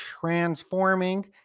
transforming